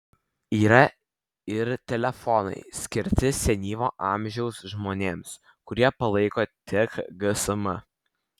yra ir telefonai skirti senyvo amžiaus žmonėms kurie palaiko tik gsm